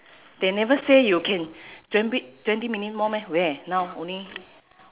they never say you can twen~ twenty minutes more meh where now only